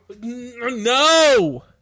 No